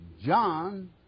John